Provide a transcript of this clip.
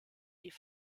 die